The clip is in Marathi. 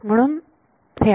म्हणून हे आहे